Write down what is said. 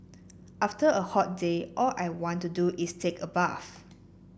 after a hot day all I want to do is take a bath